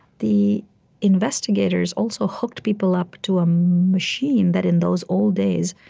the investigators also hooked people up to a machine that, in those old days,